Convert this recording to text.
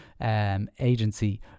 agency